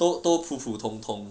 都都普普通通